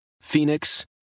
Phoenix